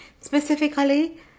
Specifically